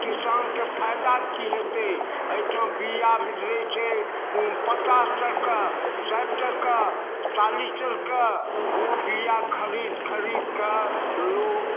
किसान के फायदा की हेतै अइ ठाँ बीया भेटै छै पचास टका साइठ टका चालिस टका ओ बीया खरीद खरीदके लोक